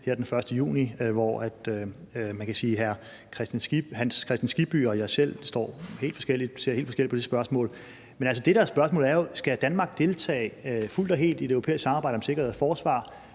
her den 1. juni. Man kan sige, at hr. Hans Kristian Skibby og jeg selv ser helt forskelligt på det spørgsmål. Men det, der er spørgsmålet, er jo, om Danmark skal deltage fuldt og helt i det europæiske samarbejde om sikkerhed og forsvar